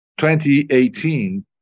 2018